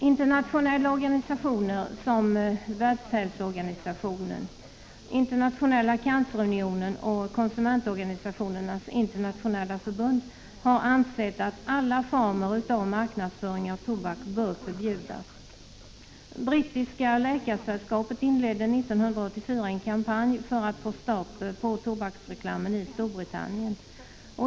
Internationella organisationer som Världshälsoorganisationen, Internationella cancerunionen och Konsumentorganisationernas internationella förbund har ansett att alla former av marknadsföring av tobak bör förbjudas. Brittiska läkarsällskapet inledde 1984 en kampanj för att få stopp på tobakreklamen i Storbritannien.